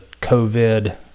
COVID